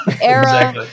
era